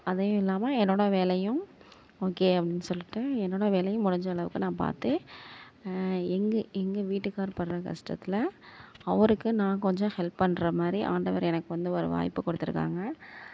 அதையும் இல்லாமல் என்னோடய வேலையும் ஓகே அப்படின்னு சொல்லிட்டு என்னோடய வேலையும் முடிஞ்ச அளவுக்கு நான் பார்த்து எங்கள் எங்கள் வீட்டுக்கார் படுற கஷ்டத்தில் அவருக்கு நான் கொஞ்சம் ஹெல்ப் பண்ணுற மாதிரி ஆண்டவர் எனக்கு வந்து ஒரு வாய்ப்பு கொடுத்துருக்காங்க